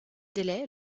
délai